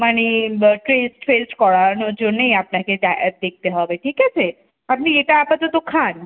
মানে test fest করানোর জন্যই আপনাকে দেখতে হবে ঠিক আছে আপনি এটা আপাতত খান